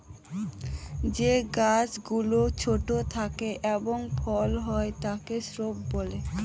যে গাছ গুলো ছোট থাকে এবং ফল হয় তাকে শ্রাব বলে